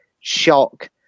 shock